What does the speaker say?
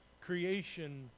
Creation